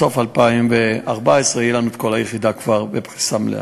עד סוף 2014 תהיה לנו כל היחידה כבר בפריסה מלאה.